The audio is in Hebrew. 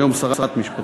היום שרת המשפטים.